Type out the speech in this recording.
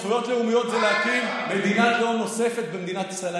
זכויות לאומיות זה להקים מדינת לאום נוספת במדינת ישראל.